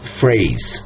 phrase